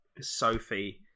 Sophie